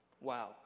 Wow